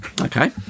Okay